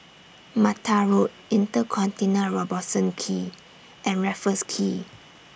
Mattar Road InterContinental Robertson Quay and Raffles Quay